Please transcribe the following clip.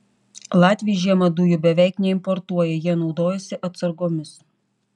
latviai žiemą dujų beveik neimportuoja jie naudojasi atsargomis